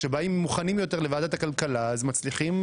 כשבאים מוכנים לוועדת הכלכלה אז מצליחים